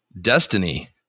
Destiny